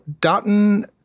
Dutton